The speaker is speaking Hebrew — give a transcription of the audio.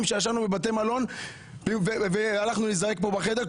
שישנו בבתי מלון והלכנו להיזרק פה בחדר,